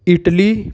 Italy